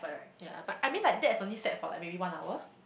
yea but I mean like that is only sad for like maybe one hour